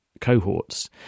cohorts